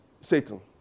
Satan